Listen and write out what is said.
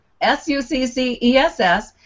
S-U-C-C-E-S-S